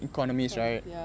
economies